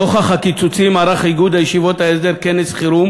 נוכח הקיצוצים ערך איגוד ישיבות ההסדר כנס חירום